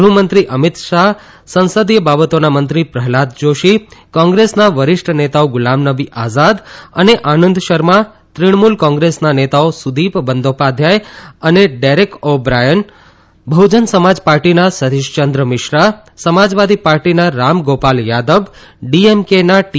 ગૃહ મંત્રી અમિત શાહ સંસદીય બાબતોના મંત્રી પ્રહલાદ જોશી કોંગ્રેસના વરિષ્ઠ નેતાઓ ગુલામ નબી આઝાદ અને આનંદ શર્મા તૃણમૂલ કોંગ્રેસના નેતાઓ સુદીપ બંદોપાધ્યાથ અને Derek O'Brien Bahujan Samaj પાર્ટીના સતિષયંદ્ર મિશ્રા સમાજવાદી પાર્ટીના રામ ગોપાલ યાદવ ડીએમકેના ટી